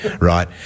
right